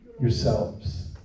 Yourselves